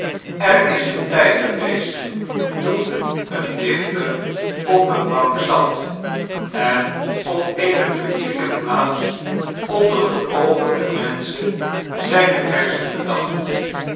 er is een tijd geweest toen een dichter op eene bank zat en op eene publieke plaats onder de oogen der menschen zijne verzen bedacht